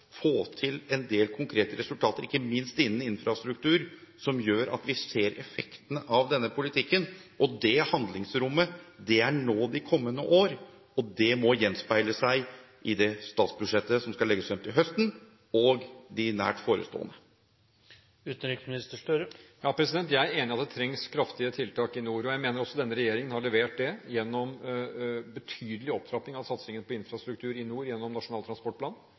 få til en del konkrete resultater, ikke minst innen infrastruktur, som gjør at vi ser effektene av denne politikken? Dette handlingsrommet gjelder de kommende år og må gjenspeile seg i det statsbudsjettet som skal legges frem til høsten, og de nært forestående. Jeg er enig i at det trengs kraftige tiltak i nord. Jeg mener denne regjeringen har levert – gjennom en betydelig opptrapping av satsingen på infrastruktur i nord, gjennom Nasjonal transportplan,